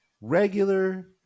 regular